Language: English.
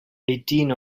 eighteen